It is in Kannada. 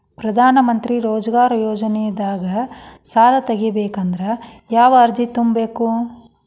ಪ್ರಧಾನಮಂತ್ರಿ ರೋಜಗಾರ್ ಯೋಜನೆದಾಗ ಸಾಲ ತೊಗೋಬೇಕಂದ್ರ ಯಾವ ಅರ್ಜಿ ತುಂಬೇಕು?